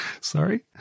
Sorry